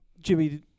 Jimmy